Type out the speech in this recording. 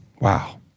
Wow